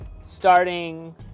starting